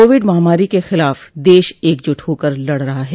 Covid महामारी के खिलाफ देश एकजुट होकर लड़ रहा है